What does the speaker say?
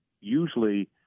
usually